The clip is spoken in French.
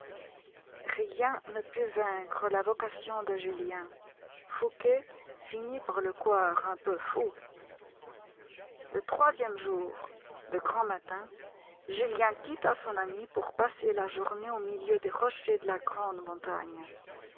rien ne put vaincre la vocation de julien fouqué finit par le croire un peu fou le troisième jour de grand matin julien quitta son ami pour passer la journée au milieu des rochers de la grande montagne